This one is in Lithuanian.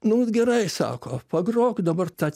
nu gerai sako pagrok dabar tą